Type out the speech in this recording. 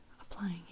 applying